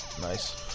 Nice